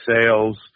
sales